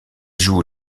joue